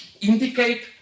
indicate